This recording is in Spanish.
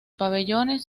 pabellones